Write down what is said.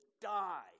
die